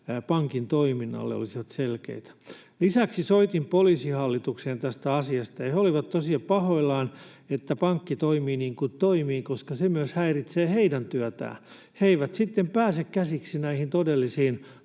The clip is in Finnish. pankin toiminnalle olisivat selkeitä. Lisäksi soitin Poliisihallitukseen tästä asiasta, ja he olivat tosi pahoillaan, että pankki toimii niin kuin toimii, koska se myös häiritsee heidän työtään. He eivät sitten pääse käsiksi näihin todellisiin